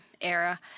era